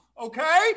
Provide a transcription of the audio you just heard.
okay